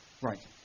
Right